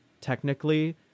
technically